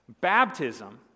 Baptism